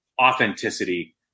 authenticity